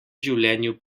življenju